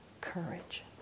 courage